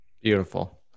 Beautiful